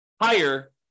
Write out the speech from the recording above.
higher